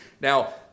Now